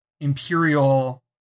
imperial